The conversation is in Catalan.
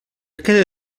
queda